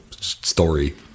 story